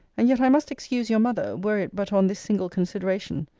and yet i must excuse your mother, were it but on this single consideration,